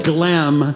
Glam